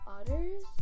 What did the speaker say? otters